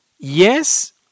Yes